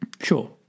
Sure